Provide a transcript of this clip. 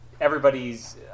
everybody's